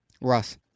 Russ